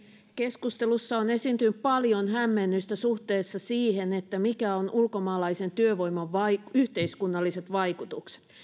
keskustelussa on esiintynyt paljon hämmennystä suhteessa siihen mitkä ovat ulkomaalaisen työvoiman yhteiskunnalliset vaikutukset